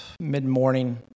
mid-morning